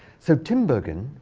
so tinbergen,